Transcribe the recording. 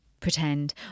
pretend